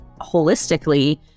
holistically